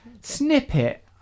snippet